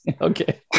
Okay